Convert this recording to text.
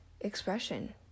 expression